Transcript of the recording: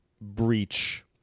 breach